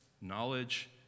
Knowledge